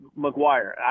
McGuire